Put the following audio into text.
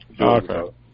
Okay